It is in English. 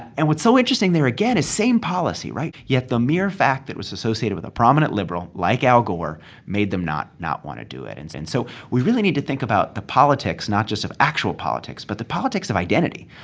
and what's so interesting there again is same policy, right? yet the mere fact that it was associated with a prominent liberal like al gore made them not not want to do it. and and so we really need to think about the politics, not just of actual politics, but the politics of identity.